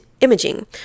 imaging